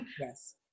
Yes